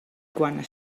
quan